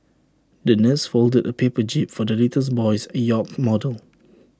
the nurse folded A paper jib for the little boy's yacht model